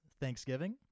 Thanksgiving